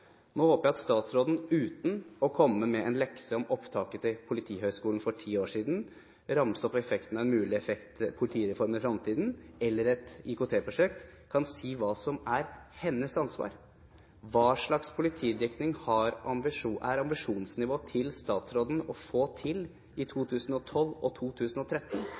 Nå håper jeg at statsråden – uten å komme med en lekse om opptaket til Politihøgskolen for ti år siden og uten å ramse opp en mulig effekt av politireformen i fremtiden eller et IKT-prosjekt – kan si noe om hva som er hennes ansvar. Hva er ambisjonsnivået til statsråden i 2012 og 2013